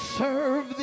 serve